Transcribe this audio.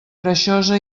greixosa